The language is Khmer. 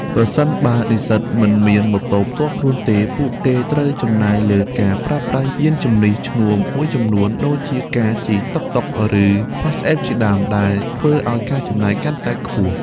ប្រសិនបើនិស្សិតមិនមានម៉ូតូផ្ទាល់ខ្លួនទេ ពួកគេត្រូវចំណាយលើការប្រើប្រាស់យាន្តជំនិះឈ្នួលមួយចំនួន ដូចជាការជិះតុកតុក ឬ ផាសអេបជាដើម ដែលធ្វើឲ្យការចំណាយកាន់តែខ្ពស់។